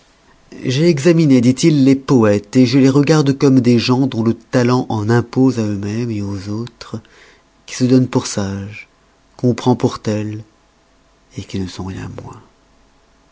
j'ai examiné dit-il les poètes je les regarde comme des gens dont le talent en impose à eux-mêmes aux autres qui se donnent pour sages qu'on prend pour tels qui ne sont rien moins